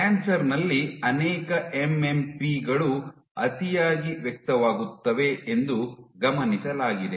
cancer ನಲ್ಲಿ ಅನೇಕ MMP ಗಳು ಅತಿಯಾಗಿ ವ್ಯಕ್ತವಾಗುತ್ತವೆ ಎಂದು ಗಮನಿಸಲಾಗಿದೆ